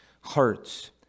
hearts